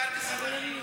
מנכ"ל משרד החינוך